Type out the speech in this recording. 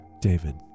David